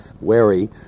Wary